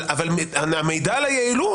אבל המידע על היעילות